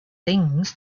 things